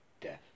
Death